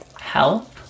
help